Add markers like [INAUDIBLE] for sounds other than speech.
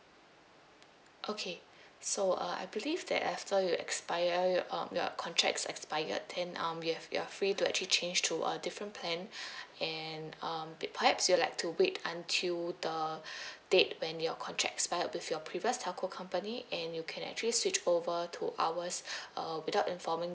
okay [BREATH] so uh I believe that after your expire your um your contract expired then um you've you're free to actually change to a different plan [BREATH] and um be perhaps you'll like to wait until the [BREATH] date when your contract expired with your previous telco company and you can actually switch over to ours [BREATH] uh without informing